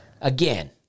again